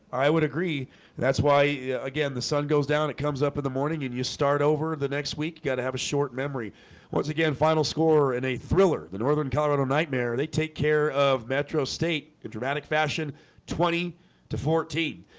i would agree that's why again the sun goes down it comes up in the morning and you start over the next week got to have a short memory once again final score in a thriller the northern colorado nightmare, they take care of metro state a dramatic fashion twenty two fourteen.